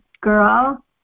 girl